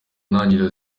ntangiriro